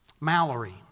Mallory